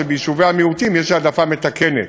שביישובי המיעוטים יש העדפה מתקנת.